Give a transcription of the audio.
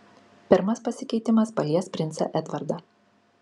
pirmas pasikeitimas palies princą edvardą